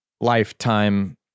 lifetime